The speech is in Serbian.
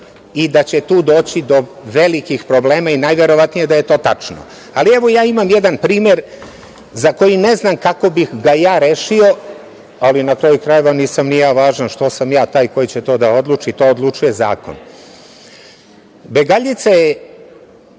i da će tu doći do velikih problema i najverovatnije je da je to tačno. Ja imam jedan primer za koji ne znam kako bih ga ja rešio, ali na kraju krajeva, nisam ni ja važan, što sam ja taj koji će to da odluči, to odlučuje zakon. Begaljica